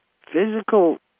Physical